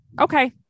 Okay